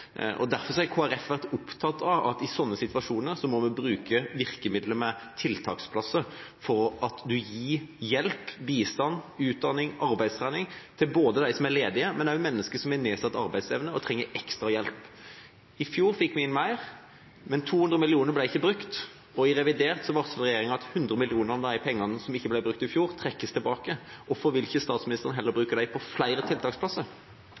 Derfor har Kristelig Folkeparti vært opptatt av at vi i slike situasjoner må bruke virkemidlet med tiltaksplasser, for å gi hjelp, bistand, utdanning og arbeidstrening både til dem som er ledige, og også til mennesker som har nedsatt arbeidsevne og trenger ekstra hjelp. I fjor fikk vi inn mer, men 200 mill. kr ble ikke brukt, og i revidert varsler regjeringen at 100 mill. kr av de pengene som ikke ble brukt i fjor, trekkes tilbake. Hvorfor vil ikke statsministeren heller bruke dem på flere tiltaksplasser?